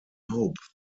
hope